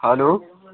hello